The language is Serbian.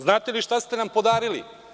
Znate li šta ste nam podarili?